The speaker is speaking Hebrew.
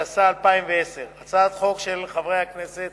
התש"ע 2010, הצעת חוק של חברי הכנסת